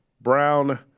Brown